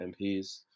mps